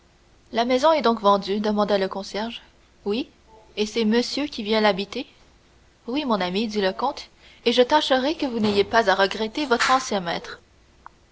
la maison est donc vendue demanda le concierge et c'est monsieur qui vient l'habiter oui mon ami dit le comte et je tâcherai que vous n'ayez pas à regretter votre ancien